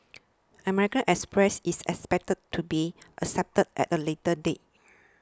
American Express is expected to be accepted at a later date